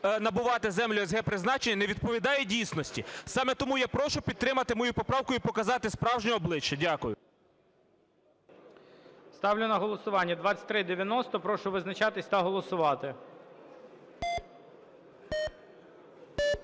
набувати землю с/г призначення, не відповідають дійсності. Саме тому я прошу підтримати мою поправку і показати справжнє обличчя. Дякую. ГОЛОВУЮЧИЙ. Ставлю на голосування 2390. Прошу визначатись та голосувати.